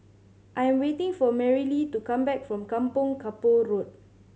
I am waiting for Marilee to come back from Kampong Kapor Road